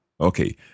Okay